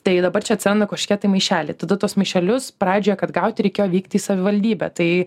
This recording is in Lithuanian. tai dabar čia atsiranda kažkokie tai maišeliai tada tuos maišelius pradžioje kad gauti reikėjo vykti į savivaldybę tai